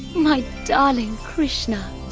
my darling krishna.